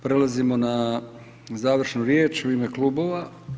Prelazimo na završnu riječ u ime klubova.